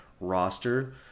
roster